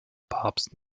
papst